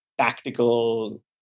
tactical